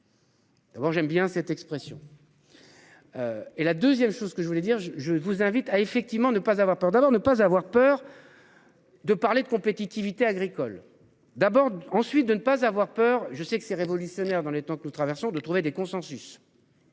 Bon j'aime bien cette expression. Et la 2ème, chose que je voulais dire je je vous invite à effectivement ne pas avoir peur d'abord ne pas avoir peur. De parler de compétitivité agricole d'abord ensuite de ne pas avoir peur je sais que c'est révolutionnaire dans les temps que nous traversons de trouver des consensus.